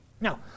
Now